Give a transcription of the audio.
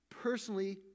personally